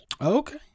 Okay